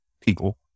people